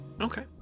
Okay